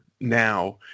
now